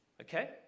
Okay